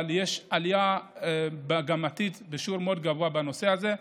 אבל יש עלייה מגמתית בשיעור מאוד גבוה בנושא הזה,